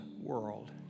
world